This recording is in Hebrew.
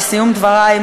לסיום דברי,